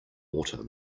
water